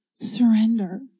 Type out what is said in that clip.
Surrender